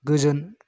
गोजोन